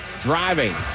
driving